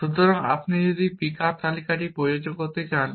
সুতরাং আপনি যদি পিকআপ তালিকাটি প্রযোজ্য হতে চান